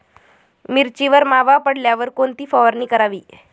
मिरचीवर मावा पडल्यावर कोणती फवारणी करावी?